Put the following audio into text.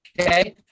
okay